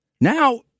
Now